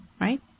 right